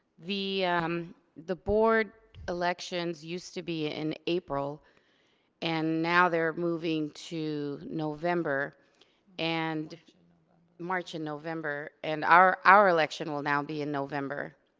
the um the board elections used to be in april and now they're moving to november. march and you know march and november, and our our election will now be in november.